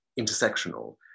intersectional